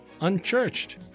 unchurched